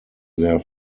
their